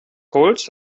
holz